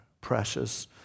precious